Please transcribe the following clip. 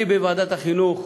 אני בוועדת החינוך,